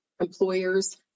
employers